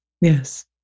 Yes